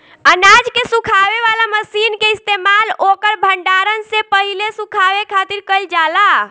अनाज के सुखावे वाला मशीन के इस्तेमाल ओकर भण्डारण से पहिले सुखावे खातिर कईल जाला